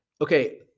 okay